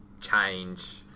change